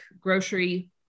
grocery